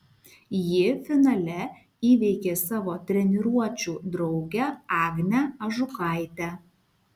ji finale įveikė savo treniruočių draugę agnę ažukaitę